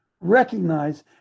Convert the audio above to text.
recognize